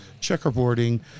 checkerboarding